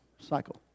Cycle